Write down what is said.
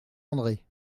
andré